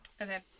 Okay